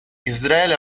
israele